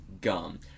gum